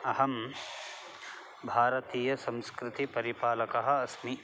अहं भारतीयसंस्कृतिपरिपालकः अस्मि